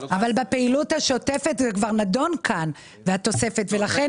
בפעילות השוטפת כבר נדונה כאן התוספת ולכן